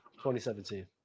2017